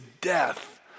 death